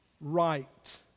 right